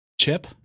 Chip